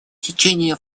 течение